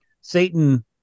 Satan